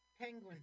penguin